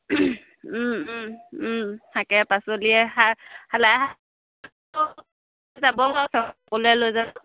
শাকে পাচলিয়ে